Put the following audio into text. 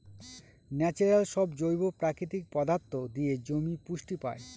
natural সব জৈব প্রাকৃতিক পদার্থ দিয়ে জমি পুষ্টি পায়